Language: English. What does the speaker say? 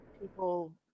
People